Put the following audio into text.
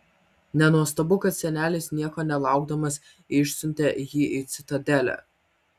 nenuostabu kad senelis nieko nelaukdamas išsiuntė jį į citadelę